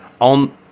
On